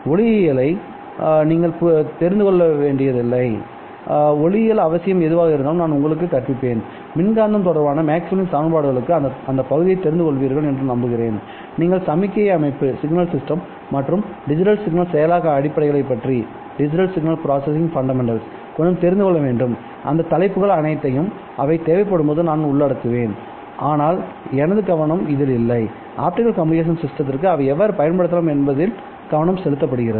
ஒளியியலை நீங்கள் தெரிந்து கொள்ள வேண்டியதில்லை ஒளியியல் அவசியம் எதுவாக இருந்தாலும் நான் உங்களுக்கு கற்பிப்பேன்மின்காந்தம் தொடர்பான மேக்ஸ்வெல்லின் சமன்பாடுகளுக்கு அந்த பகுதியை தெரிந்து கொள்வீர்கள் என்று நம்புகிறேன் நீங்கள் சமிக்ஞை அமைப்பு மற்றும் டிஜிட்டல் சிக்னல் செயலாக்க அடிப்படைகள்பற்றி கொஞ்சம் தெரிந்து கொள்ள வேண்டும் இந்த தலைப்புகள் அனைத்தையும் அவை தேவைப்படும்போது நான் உள்ளடக்குவேன் ஆனால் எனது கவனம் இதில் இல்லைஆப்டிகல் கம்யூனிகேஷன் சிஸ்டத்திற்கு அவை எவ்வாறு பயன்படுத்தப்படலாம் என்பதில் கவனம் செலுத்தப்படுகிறது